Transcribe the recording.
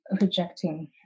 rejecting